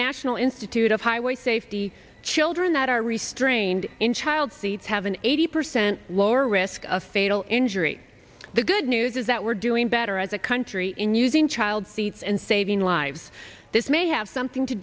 national institute of highway safety children that are restrained in child seats have an eighty percent lower risk of fatal injury the good news is that we're doing better as a country in using child seats and saving lives this may have something to